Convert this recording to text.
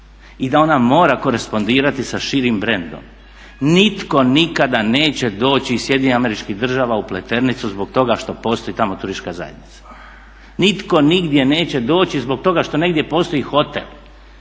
i da ona mora korespondirati sa širim brendom. Nitko nikada neće doći iz SAD-a u Pleternicu zbog toga što postoji tamo turistička zajednica, nitko nigdje neće doći zbog toga što negdje postoji hotel.